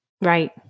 Right